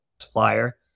supplier